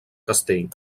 castell